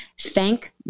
Thank